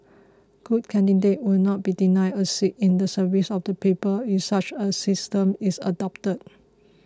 good candidates would not be denied a seat in the service of the people if such a system is adopted